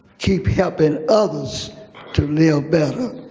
keep helping others to live better.